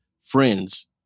friends